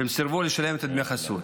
והם סירבו לשלם את הדמי חסות.